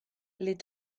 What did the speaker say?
les